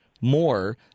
more